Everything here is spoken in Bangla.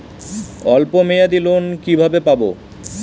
অল্প মেয়াদি লোন কিভাবে পাব?